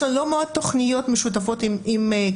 יש לנו לא מעט תכניות משותפות עם כללית,